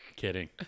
Kidding